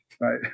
Right